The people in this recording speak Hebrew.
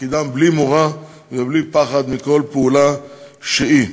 תפקידם בלי מורא ובלי פחד מכל פעולה שהיא.